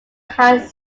had